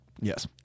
Yes